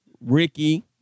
Ricky